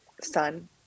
son